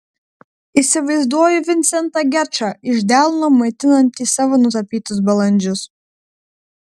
įsivaizduoju vincentą gečą iš delno maitinantį savo nutapytus balandžius